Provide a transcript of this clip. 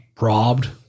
robbed